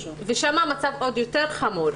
ושם המצב עוד יותר חמור.